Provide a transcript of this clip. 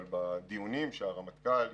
אבל בדיונים שהרמטכ"ל השתתף,